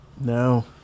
No